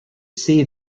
see